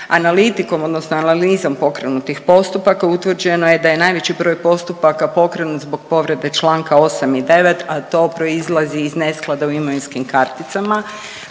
Analitikom odnosno analizom pokrenutih postupaka utvrđeno je da je najveći broj postupaka pokrenut zbog povrede Članka 8. i 9., a to proizlazi iz nesklada u imovinskim karticama.